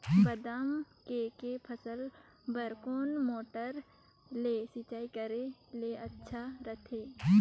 बादाम के के फसल बार कोन मोटर ले सिंचाई करे ले अच्छा रथे?